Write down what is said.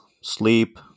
sleep